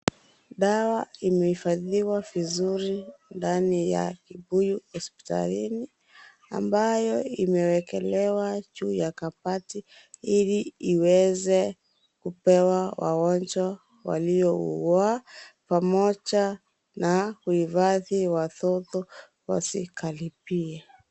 Dawa imehifadhiwa vizuri ndani ya kibuyu hospitalini, ambayo imewekelewa juu ya kabati ili iweze kupewa wagonjwa walio ugua, pamoja na kuifadhi watoto wasikaribie.